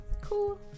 Cool